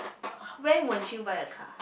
when would you buy a car